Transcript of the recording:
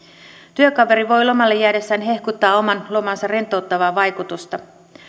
työkaveri voi lomalle jäädessään hehkuttaa oman lomansa rentouttavaa vaikutusta